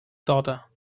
daughter